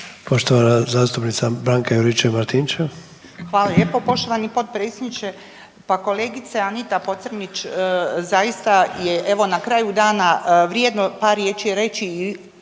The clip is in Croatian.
**Juričev-Martinčev, Branka (HDZ)** Hvala lijepo poštovani potpredsjedniče. Pa kolegice Anita Pocrnić zaista je evo na kraju dana vrijedno par riječi reći